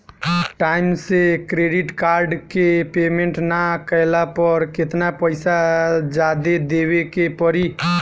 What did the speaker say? Time से credit card के payment ना कैला पर केतना पईसा जादे देवे के पड़ी?